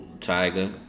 Tiger